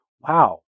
Wow